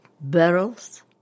barrels